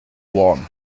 worn